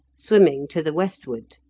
swimming to the westward.